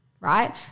Right